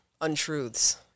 untruths